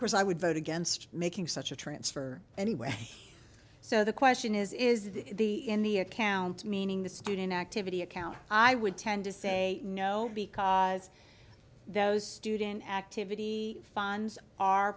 because i would vote against making such a transfer anyway so the question is is the in the accounts meaning the student activity account i would tend to say no because those student activity funds are